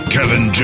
Kevin